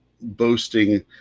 boasting